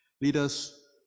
leaders